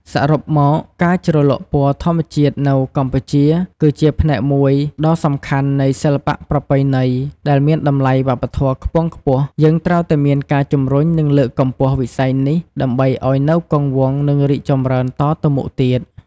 ពណ៌ខ្មៅ ឬត្នោត យកចេញពី សម្រកដើមគគីរ ឬសំបកឈើរផ្សេងៗទៀតដែលអាចធ្វើចេញជាពណ៌ខ្មៅ បាន។